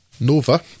Nova